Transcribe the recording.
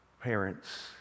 parents